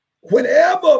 whenever